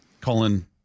Colin